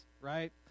right